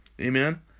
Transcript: Amen